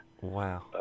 Wow